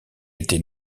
était